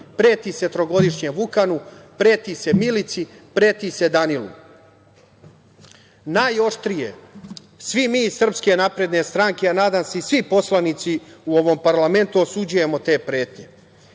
Preti se trogodišnjem Vukanu, preti se Milici, preti se Danilu. Najoštrije svi mi iz SNS, a nadam se i svi poslanici u ovom parlamentu osuđujemo te pretnje,